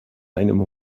deinem